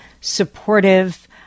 supportive